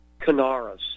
canaras